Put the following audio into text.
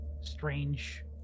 strange